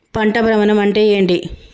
పంట భ్రమణం అంటే ఏంటి?